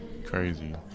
Crazy